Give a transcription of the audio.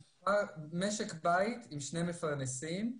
משק בית עם שני מפרנסים,